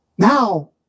Now